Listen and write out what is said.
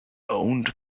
owned